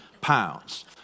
pounds